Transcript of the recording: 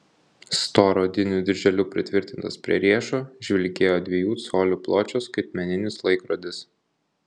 storu odiniu dirželiu pritvirtintas prie riešo žvilgėjo dviejų colių pločio skaitmeninis laikrodis